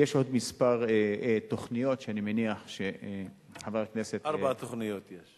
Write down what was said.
יש עוד כמה תוכניות שאני מניח, ארבע תוכניות יש.